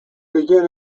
begin